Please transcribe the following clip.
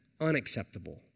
unacceptable